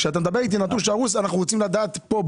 אנחנו רוצים לדעת פה,